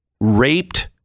raped